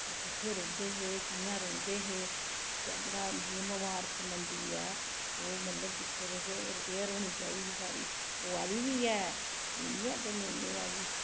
ओह् कुत्थें रौंह्नदे हे कियां रौंह्नदे हे सद रा जि'यां मुबारक मंडी ऐ ओह् मतलब दिक्खो तुस रिपेयर होनी चाहिदी सारी होआ दी बी ऐ एह् नि ऐ कि नि होआ दी